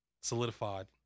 solidified